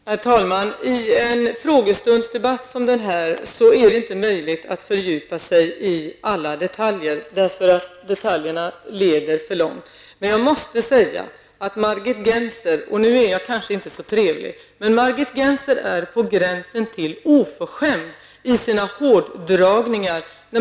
Herr talman! I en frågestundsdebatt som den här är det inte möjligt att fördjupa sig i alla detaljer, eftersom det skulle leda för långt. Jag måste emellertid säga att Margit Gennser -- och nu är jag kanske inte så trevlig -- är på gränsen till oförskämd i sina hårdragningar.